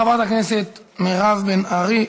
חברת הכנסת מירב בן ארי,